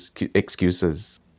excuses